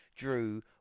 Drew